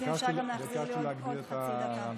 אפשר גם להחזיר לי עוד חצי דקה.